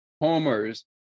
homers